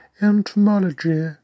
entomology